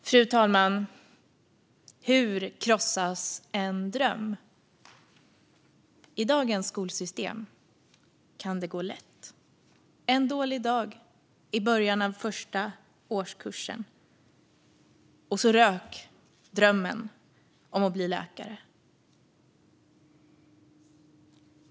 Fru talman! Hur krossas en dröm? I dagens skolsystem kan det gå lätt. En dålig dag i början av första årskursen - och så rök drömmen om att bli läkare.